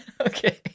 Okay